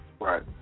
Right